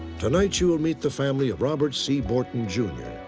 tonight, you'll meet the family of robert c. borton jr.